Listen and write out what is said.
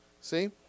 See